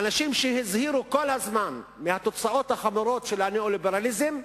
האנשים שהזהירו כל הזמן מהתוצאות החמורות של הניאו-ליברליזם,